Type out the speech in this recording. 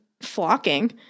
flocking